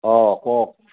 অঁ কওক